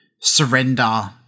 surrender